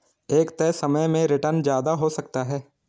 एक तय समय में रीटर्न ज्यादा हो सकता है